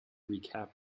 recap